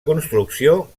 construcció